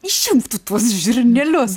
išimk tu tuos žirnelius